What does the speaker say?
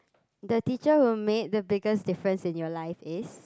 the teacher who made the biggest difference in your life is